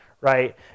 right